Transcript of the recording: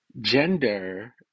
gender